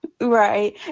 right